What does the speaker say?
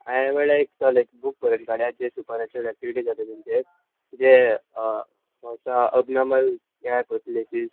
हांयें म्हळ्यार एक लायक बूक बरयलो थोड्यांचेर सुपरनॅचरल एक्टिविटीज जाताय तेंचेर जे अबनॉर्मल हे आहाय पय प्लेसीस